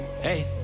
Hey